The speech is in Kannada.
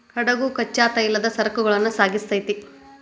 ಹಡಗು ಕಚ್ಚಾ ತೈಲದ ಸರಕುಗಳನ್ನ ಸಾಗಿಸ್ತೆತಿ